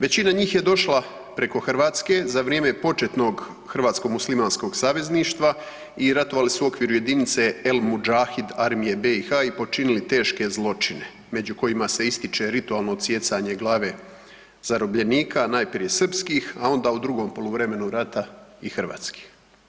Većina njih je došla preko Hrvatske za vrijeme početnog hrvatsko-muslimanskog savezništva i ratovali su u okviru jedine El Mudžahid armije BiH i počinili teške zločine među kojima se ističe ritualno odsijecanje glava zarobljenika najprije srpskih, a onda u drugom poluvremenu rata i hrvatskih.